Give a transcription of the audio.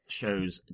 shows